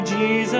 Jesus